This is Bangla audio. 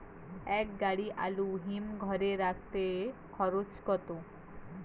এক গাড়ি আলু হিমঘরে রাখতে খরচ কত?